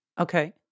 Okay